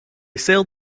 sailed